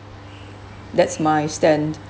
that's my stand